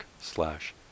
slash